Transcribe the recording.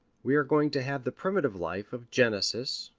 we are going to have the primitive life of genesis,